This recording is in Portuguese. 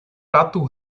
prato